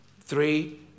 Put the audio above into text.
Three